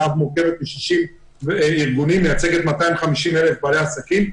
שמורכבת מ-60 ארגונים ומייצגת 250,000 בתי עסקים,